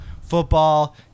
football